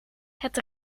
het